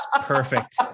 perfect